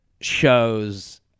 shows